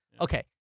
Okay